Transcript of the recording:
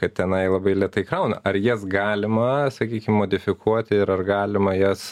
kad tenai labai lėtai krauna ar jas galima sakykim modifikuoti ir ar galima jas